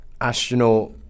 astronaut